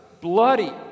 bloody